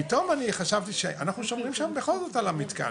פתאום, חשבתי שאנחנו שומרים שם בכל זאת על המתקן.